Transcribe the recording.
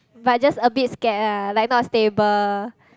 but just a bit scared ah like not stable